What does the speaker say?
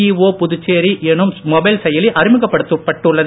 இஒ புதுச்சேரி என்னும் மொபைல் செயலி அறிமுகப்படுத்தப் பட்டுள்ளது